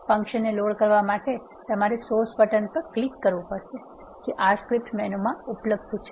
function ને load કરવા માટે તમારે સોર્સ બટન પર ક્લિક કરવુ પડશે જે R સ્ક્રિપ્ટ મેનુ મા ઉપલબ્ધ છે